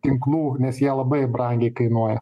tinklų nes jie labai brangiai kainuoja